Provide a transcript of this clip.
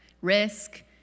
risk